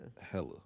Hella